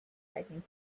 frightening